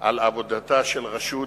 על עבודתה של רשות